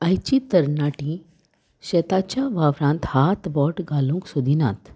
आयची तरणाटी शेताच्या वावरांत हात बोट घालूंक सोदिनात